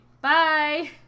bye